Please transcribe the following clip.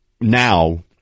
now